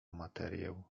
materię